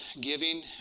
giving